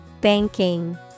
Banking